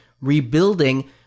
rebuilding